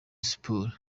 sports